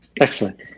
Excellent